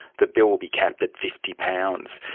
the bill will be capped at fifty pounds.